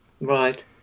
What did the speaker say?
Right